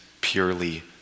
purely